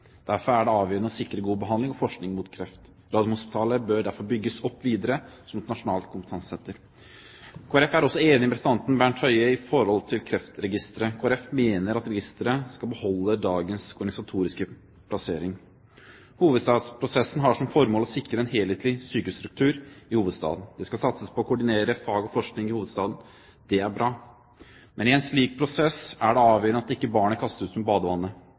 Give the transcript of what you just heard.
Derfor er det avgjørende å sikre god behandling av og forskning om kreft. Radiumhospitalet bør derfor bygges opp videre som et nasjonalt kompetansesenter. Kristelig Folkeparti er også enig med representanten Bent Høie når det gjelder Kreftregisteret. Kristelig Folkeparti mener at registeret skal beholde dagens organisatoriske plassering. Hovedstadsprosessen har som formål å sikre en helhetlig sykehusstruktur i hovedstaden. Det skal satses på å koordinere fag og forskning i hovedstaden. Det er bra, men i en slik prosess er det avgjørende at ikke barnet kastes ut med badevannet.